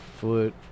foot